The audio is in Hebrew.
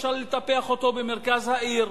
אפשר לטפח אותו במרכז העיר.